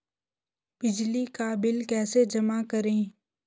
बिजली का बिल कैसे जमा करें?